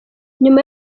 nyuma